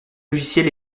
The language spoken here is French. logiciel